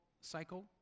cycle